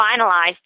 finalized